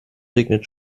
regnet